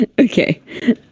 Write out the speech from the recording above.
Okay